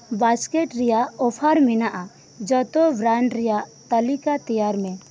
buckets ᱨᱮᱭᱟᱜ ᱚᱯᱷᱟᱨ ᱢᱮᱱᱟᱜᱼᱟ ᱡᱚᱛᱚ ᱵᱨᱟᱱᱰ ᱨᱮᱭᱟᱜ ᱛᱟᱹᱞᱤᱠᱟ ᱛᱮᱭᱟᱨ ᱢᱮ